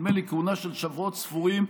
נדמה לי שכהונה של שבועות ספורים,